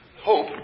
hope